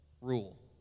rule